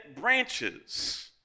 branches